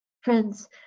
friends